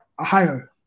Ohio